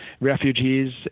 refugees